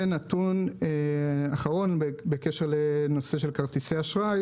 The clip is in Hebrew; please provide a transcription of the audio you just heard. נתון אחרון בקשר לכרטיסי אשראי